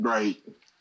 Right